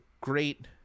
great